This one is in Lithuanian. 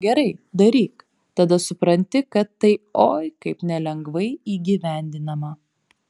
gerai daryk tada supranti kad tai oi kaip nelengvai įgyvendinama